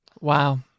Wow